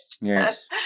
Yes